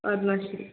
എന്നാൽ ശരി